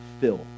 Fill